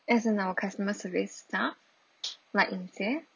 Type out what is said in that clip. as an our customer service staff like ying jie